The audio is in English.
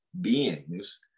beings